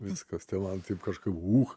viskas tai man taip kažkaip uch